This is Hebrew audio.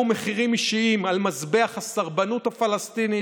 מחירים אישיים על מזבח הסרבנות הפלסטינית,